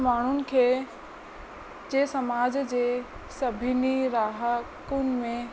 माण्हूनि खे जे समाज जे सभिनी रहाकुनि में